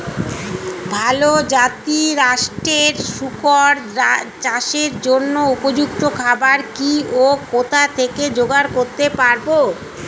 ভালো জাতিরাষ্ট্রের শুকর চাষের জন্য উপযুক্ত খাবার কি ও কোথা থেকে জোগাড় করতে পারব?